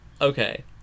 Okay